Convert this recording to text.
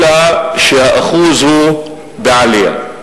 אלא שהאחוז הוא בעלייה.